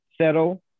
settle